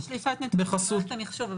זה עניין של שליפת נתונים במערכת המחשוב,